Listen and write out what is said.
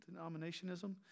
denominationism